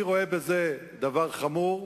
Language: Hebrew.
אני רואה בזה דבר חמור,